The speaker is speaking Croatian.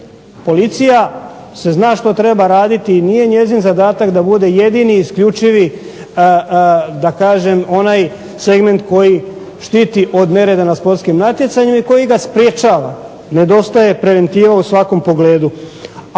Policija se zna što treba raditi, i nije njezin zadatak da bude jedini i isključivi da kažem onaj segment koji štiti od nereda na sportskim natjecanjima i koji ga sprječava. Nedostaje preventiva u svakom pogledu.